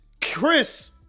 Chris